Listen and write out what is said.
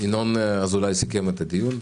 ינון אזולאי סיכם את הדיון.